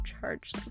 charge